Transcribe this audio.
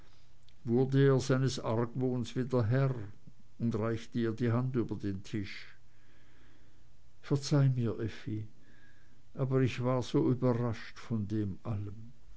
er seines argwohns wieder herr und reichte ihr die hand über en tisch hin verzeih mir effi aber ich war so sehr überrascht von dem allen